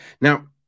now